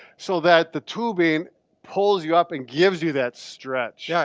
so that the tubing pulls you up and gives you that stretch. yeah